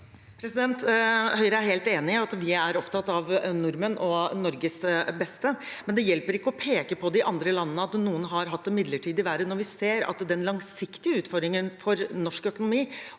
Høyre er helt enig, vi er også opptatt av nordmenn og av Norges bes te. Men det hjelper ikke å peke på de andre landene og at noen har hatt det midlertid verre, når vi ser at den langsiktige utfordringen for norsk økonomi